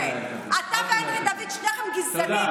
אני לא ביקשתי שתפריעי לי.